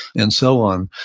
and so on,